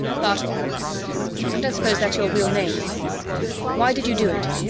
bartol i don't suppose that's your real name why did you do it?